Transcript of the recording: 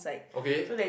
okay